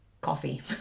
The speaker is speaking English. coffee